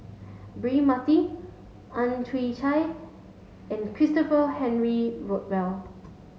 Braema Mathi Ang Chwee Chai and Christopher Henry Rothwell